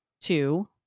two